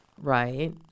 Right